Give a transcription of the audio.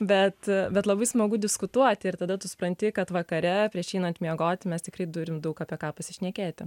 bet bet labai smagu diskutuoti ir tada tu supranti kad vakare prieš einant miegoti mes tikrai turim daug apie ką pasišnekėti